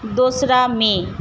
দোসরা মে